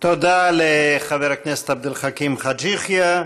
תודה לחבר הכנסת עבד אל חכים חאג' יחיא.